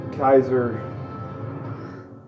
Kaiser